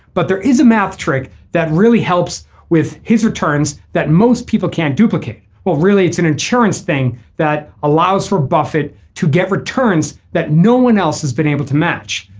but there is a math trick that really helps with his returns that most people can't duplicate. well really it's an insurance thing that allows for buffett to get returns that no one else has been able to match.